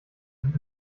sind